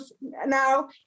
now